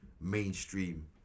mainstream